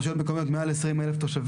כאן מבקשים להתבסס על הצהרה וזה גם כאילו